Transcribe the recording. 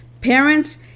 Parents